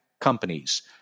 companies